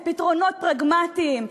בפתרונות פרגמטיים,